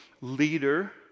leader